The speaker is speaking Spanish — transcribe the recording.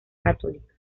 católica